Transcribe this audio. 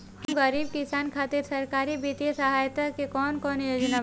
हम गरीब किसान खातिर सरकारी बितिय सहायता के कवन कवन योजना बा?